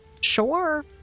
Sure